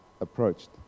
approached